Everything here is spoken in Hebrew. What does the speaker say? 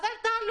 אז אל תעלו.